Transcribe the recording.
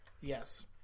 Yes